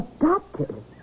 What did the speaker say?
Adopted